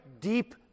deep